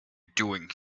doing